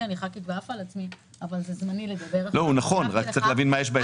הוא נכון, רק צריך להבין מה יש ב-23%.